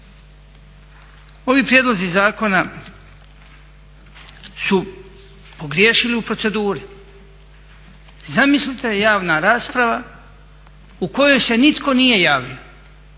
Ovi prijedlozi zakona su pogriješili u proceduri. Zamislite javna rasprava u kojoj se nitko nije javio.